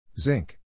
Zinc